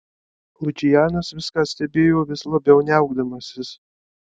lučianas viską stebėjo vis labiau niaukdamasis